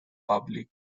public